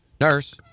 Nurse